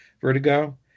Vertigo